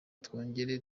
twongere